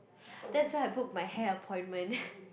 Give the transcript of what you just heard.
that's why I book my hair appointment